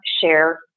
share